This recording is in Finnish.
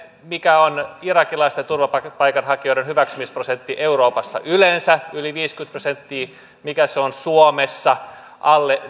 mikä on irakilaisten turvapaikanhakijoiden hyväksymisprosentti euroopassa yleensä yli viisikymmentä prosenttia ja mikä se on suomessa alle